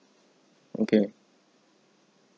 okay